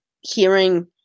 hearing